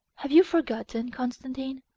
have you forgotten, constantine,